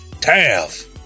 Tav